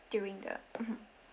during the mmhmm